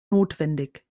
notwendig